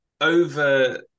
over